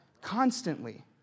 constantly